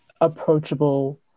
approachable